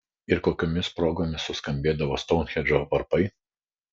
ir kokiomis progomis suskambėdavo stounhendžo varpai